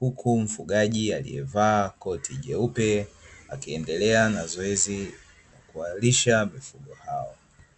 huku mfugaji aliyevaa koti jeupe, akiendelea na zoezi la kuwalisha mifugo hao.